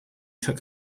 took